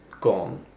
gone